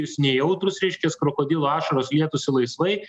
jūs nejautrūs reiškias krokodilo ašaros lietųsi laisvai